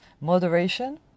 moderation